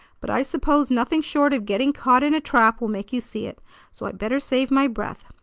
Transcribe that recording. but i suppose nothing short of getting caught in a trap will make you see it so i better save my breath.